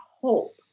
hope